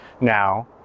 now